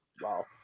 Wow